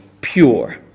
pure